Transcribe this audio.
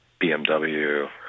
BMW